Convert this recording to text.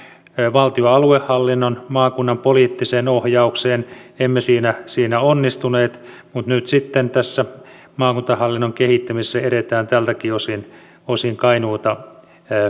valtion aluehallinnon maakunnan poliittiseen ohjaukseen emme siinä siinä onnistuneet mutta nyt sitten tässä maakuntahallinnon kehittämisessä edetään tältäkin osin osin kainuuta